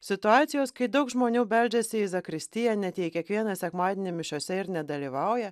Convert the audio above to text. situacijos kai daug žmonių beldžiasi į zakristiją net jei kiekvieną sekmadienį mišiose ir nedalyvauja